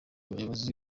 bayobozi